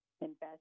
invest